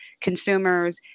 consumers